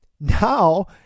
now